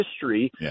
history